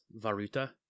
varuta